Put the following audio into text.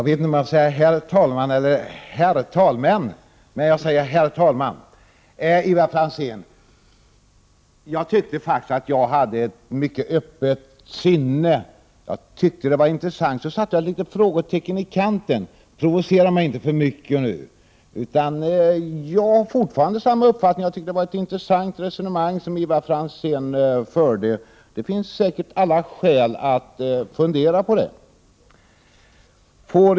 Herr talman! Till Ivar Franzén: Jag tyckte faktiskt att jag hade ett öppet sinnelag. Jag tyckte att det som Ivar Franzén sade var intressant, men så satte jag ett litet frågetecken i kanten: Provocera mig inte för mycket! Jag har fortfarande samma uppfattning — jag tyckte det var ett intressant resonemang som Ivar Franzén förde. Det finns säkert alla skäl att fundera över det.